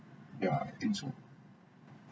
yeah I think so